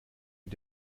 mit